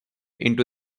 into